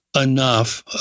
enough